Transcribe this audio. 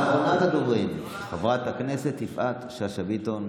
אחרונת הדוברים, חברת הכנסת יפעת שאשא ביטון,